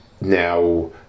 Now